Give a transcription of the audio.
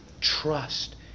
trust